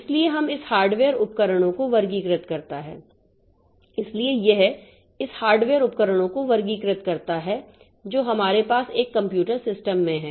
इसलिए यह इस हार्डवेयर उपकरणों को वर्गीकृत करता है जो हमारे पास एक कंप्यूटर सिस्टम में हैं